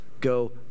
Go